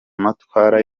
amatwara